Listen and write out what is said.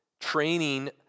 training